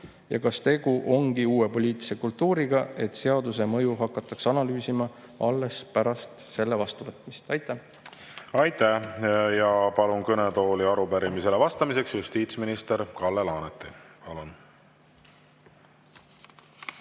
Kas tegu ongi uue poliitilise kultuuriga, et seaduse mõju hakatakse analüüsima alles pärast selle vastuvõtmist? Aitäh! Ja palun kõnetooli arupärimisele vastamiseks justiitsminister Kalle Laaneti.